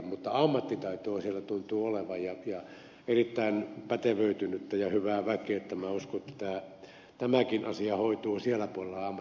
mutta ammattitaitoa siellä tuntuu olevan ja erittäin pätevöitynyttä ja hyvää väkeä niin että minä uskon että tämäkin asia hoituu siellä tullaan